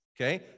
Okay